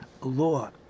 law